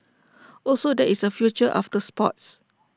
also there is A future after sports